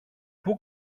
πού